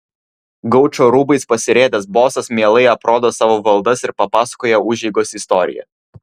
gaučo rūbais pasirėdęs bosas mielai aprodo savo valdas ir papasakoja užeigos istoriją